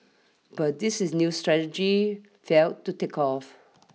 but this is new strategy failed to take off